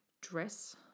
dress